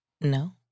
No